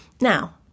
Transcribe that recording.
Now